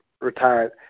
retired